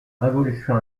révolution